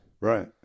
Right